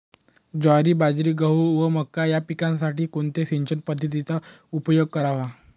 ज्वारी, बाजरी, गहू व मका या पिकांसाठी कोणत्या सिंचन पद्धतीचा उपयोग करावा?